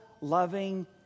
loving